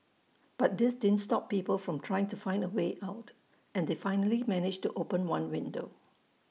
but this didn't stop people from trying to find A way out and they finally managed to open one window